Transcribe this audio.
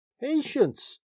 patience